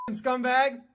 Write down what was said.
scumbag